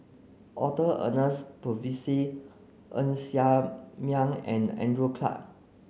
Arthur Ernest Ng Ser Miang and Andrew Clarke